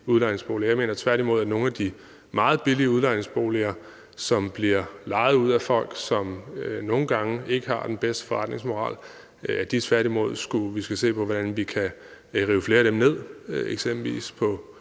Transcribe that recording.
jeg mener tværtimod, at vi, hvad angår nogle af de meget billige udlejningsboliger, som bliver lejet ud af folk, som nogle gange ikke har den bedste forretningsmoral, skal se på, hvordan vi kan rive flere af dem ned, eksempelvis på